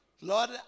Lord